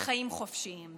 לחיים חופשיים.